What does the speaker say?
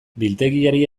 biltegiari